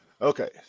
Okay